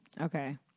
Okay